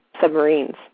submarines